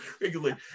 regularly